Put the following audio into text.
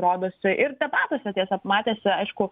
rodosi ir debatuose tiesa matėsi aišku